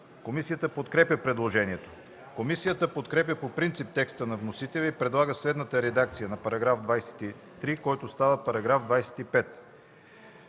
Комисията подкрепя предложението. Комисията подкрепя по принцип текста на вносителя и предлага следната редакция за § 23, който става § 25: „§ 25.